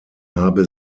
habe